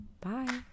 bye